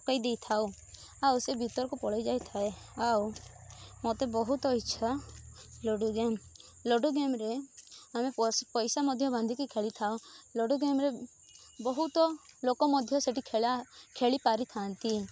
ପକାଇ ଦେଇଥାଉ ଆଉ ସେ ଭିତରକୁ ପଳାଇଯାଇଥାଏ ଆଉ ମୋତେ ବହୁତ ଇଚ୍ଛା ଲୁଡ଼ୁ ଗେମ୍ ଲୁଡ଼ୁ ଗେମ୍ରେ ଆମେ ପଇସା ମଧ୍ୟ ବାନ୍ଧିକି ଖେଳିଥାଉ ଲୁଡ଼ୁ ଗେମ୍ରେ ବହୁତ ଲୋକ ମଧ୍ୟ ସେଠି ଖେଳା ଖେଳିପାରିଥାନ୍ତି